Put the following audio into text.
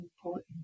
important